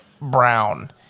Brown